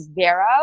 zero